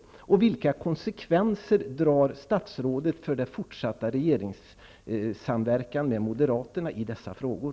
Vilka konsekvenser ser statsrådet för den fortsatta regeringssamverkan med Moderaterna i dessa frågor?